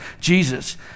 Jesus